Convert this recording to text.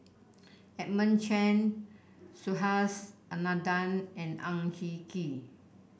Edmund Chen Subhas Anandan and Ang Hin Kee